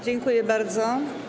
Dziękuję bardzo.